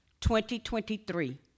2023